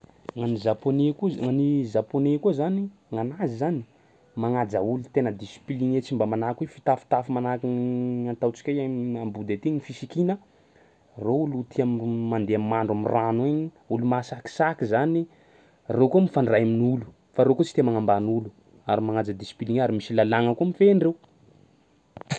Nany japonais ko za-nany japonais ko zany nanazy zany magnaja olo tena discipliné tsy mba manao koa fitafitafy manahikiny ataotsika hoe ambody aty ny fisikina ro olo tia mandeh mandro amin'ny rano igny olo mahasakisaky zany reo koa mifandray amin'olo fa ro koa tsy tia magnamban'olo ary magnaja disiply ary misy lalagnà koa mifehy andreo